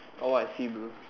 oh I see bro